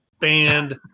Banned